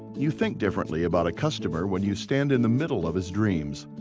you think differently about a customer when you stand in the middle of his dreams.